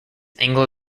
anglo